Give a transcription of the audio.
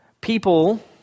people